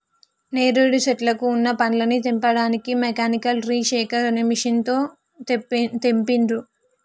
నేరేడు శెట్లకు వున్న పండ్లని తెంపడానికి మెకానికల్ ట్రీ షేకర్ అనే మెషిన్ తో తెంపిండ్రు